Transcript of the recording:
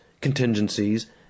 contingencies